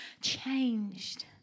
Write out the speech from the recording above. changed